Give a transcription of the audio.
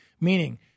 Meaning